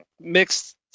mixed